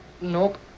Nope